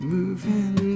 Moving